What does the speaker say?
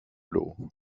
l’eau